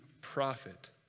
prophet